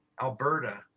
alberta